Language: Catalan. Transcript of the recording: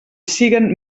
siguen